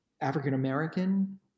African-American